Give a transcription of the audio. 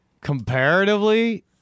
Comparatively